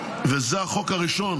וזה החוק הראשון